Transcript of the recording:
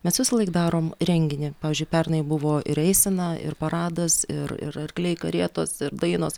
mes visąlaik darom renginį pavyzdžiui pernai buvo ir eisena ir paradas ir ir arkliai karietos ir dainos